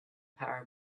power